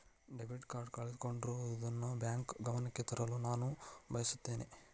debit card ಕಳೆದುಕೊಂಡಿರುವುದನ್ನು bank ಗಮನಕ್ಕೆ ತರಲು ನಾನು ಬಯಸುತ್ತೇನೆ